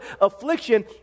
affliction